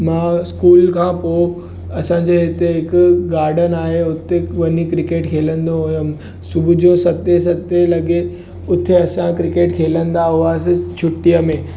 मां स्कूल खां पोइ असांजे हिते हिकु गार्डन आहे हुते वञी क्रिकेट खेलंदो हुयुमि सुबुह जो सते सते लॻे उथी असां क्रिकेट खेलंदा हुआसीं छुटीअ में